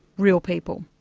real people.